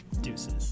Deuces